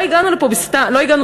לא הגענו לכאן סתם.